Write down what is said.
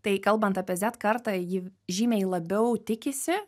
tai kalbant apie zet kartą jį žymiai labiau tikisi